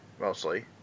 mostly